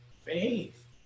faith